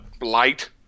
light